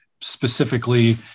Specifically